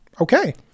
Okay